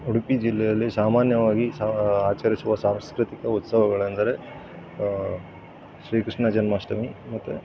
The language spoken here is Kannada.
ಉಡುಪಿ ಜಿಲ್ಲೆಯಲ್ಲಿ ಸಾಮಾನ್ಯವಾಗಿ ಸ ಆಚರಿಸುವ ಸಾಂಸ್ಕೃತಿಕ ಉತ್ಸವಗಳೆಂದರೆ ಶ್ರೀಕೃಷ್ಣ ಜನ್ಮಾಷ್ಟಮಿ ಮತ್ತೆ